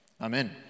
Amen